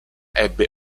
ebbe